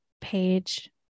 page